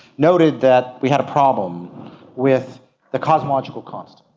noted that we had a problem with the cosmological constant,